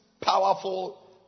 powerful